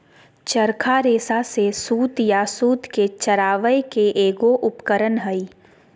चरखा रेशा से सूत या सूत के चरावय के एगो उपकरण हइ